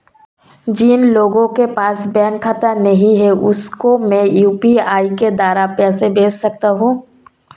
जिन लोगों के पास बैंक खाता नहीं है उसको मैं यू.पी.आई के द्वारा पैसे भेज सकता हूं?